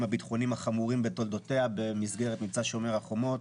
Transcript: הביטחוניים החמורים בתולדותיה במסגרת מבצע שומר החומות.